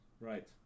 right